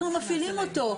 אנחנו מפעילים אותו.